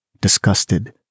disgusted